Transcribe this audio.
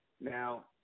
Now